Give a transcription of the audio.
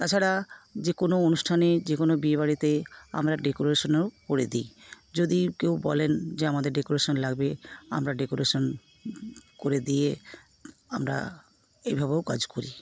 তাছাড়া যে কোনো অনুষ্ঠানে যে কোনো বিয়েবাড়িতে আমরা ডেকোরেশনও করে দিই যদি কেউ বলেন যে আমাদের ডেকোরেশন লাগবে আমরা ডেকোরেশন করে দিয়ে আমরা এইভাবেও কাজ করি